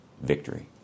victory